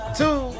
two